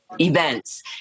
events